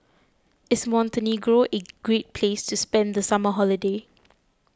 is Montenegro a great place to spend the summer holiday